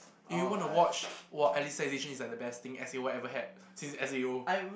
if you want to watch wa~ Alicization is like the best thing S_A_O ever had ever since S_A_O